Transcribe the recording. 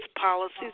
policies